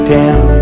town